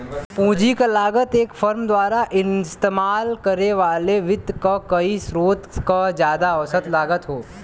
पूंजी क लागत एक फर्म द्वारा इस्तेमाल करे वाले वित्त क कई स्रोत क जादा औसत लागत हौ